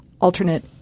alternate